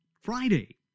Friday